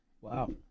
Wow